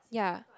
ya